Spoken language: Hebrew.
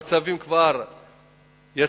אבל צווים כבר יצאו,